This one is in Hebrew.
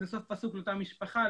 זה סוף פסוק לאותה משפחה.